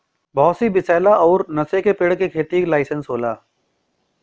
बहुत सी विसैला अउर नसे का पेड़ के खेती के लाइसेंस होला